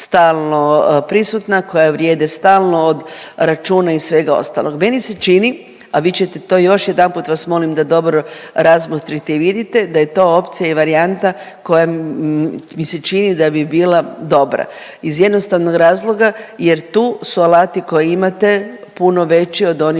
stalno prisutna, koja vrijede stalno, od računa i svega ostalog. Meni se čini, a vi ćete to još jedanput vas molim da dobro razmotrite i vidite, da je to opcija i varijanta koja mi se čini da bi bila dobra iz jednostavnog razloga jer tu su alati koje imate puno veći od onih